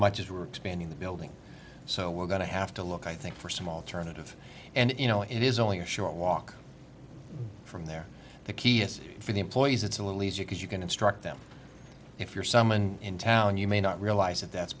much as we're expanding the building so we're going to have to look i think for some alternative and you know it is only a short walk from there the key is for the employees it's a little easier because you can instruct them if you're someone in town you may not realize that that's